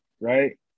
right